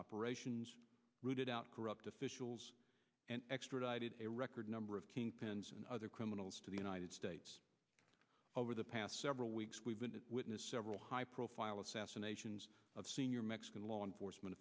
operations rooted out corrupt officials and extradited a record number of kingpins and other criminals to the united states over the past several weeks we've been witness several high profile assassinations of senior mexican law enforcement